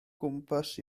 gwmpas